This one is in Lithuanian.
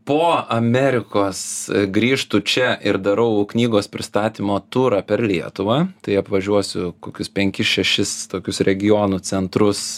po amerikos grįžtu čia ir darau knygos pristatymo turą per lietuvą tai apvažiuosiu kokius penkis šešis tokius regionų centrus